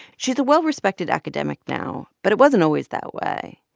she's a well-respected academic now, but it wasn't always that way.